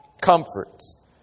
comforts